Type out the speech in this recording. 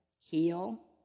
heal